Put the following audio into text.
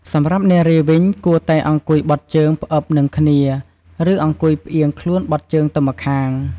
សម្រាប់នារីវិញ គួរតែអង្គុយបត់ជើងផ្អឹបនឹងគ្នា ឬអង្គុយផ្អៀងខ្លួនបត់ជើងទៅម្ខាង។